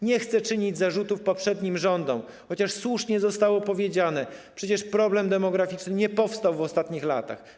Nie chcę czynić zarzutów poprzednim rządom, chociaż słusznie zostało powiedziane, że przecież problem demograficzny nie powstał w ostatnich latach.